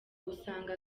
usanga